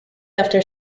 after